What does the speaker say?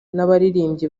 n’abaririmbyi